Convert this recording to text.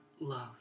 love